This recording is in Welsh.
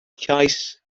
llais